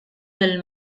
del